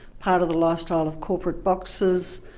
part of the lifestyle of corporate boxes,